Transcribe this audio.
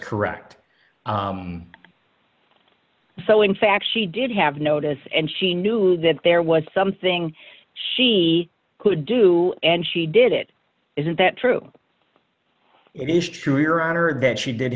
correct so in fact she did have notice and she knew that there was something she could do and she did it isn't that true it is true your honor that she did